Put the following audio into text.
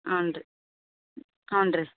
ಹಾಂ ರೀ ಹಾಂ ರೀ